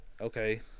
Okay